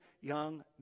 young